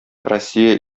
россия